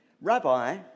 Rabbi